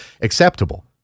acceptable